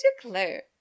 declare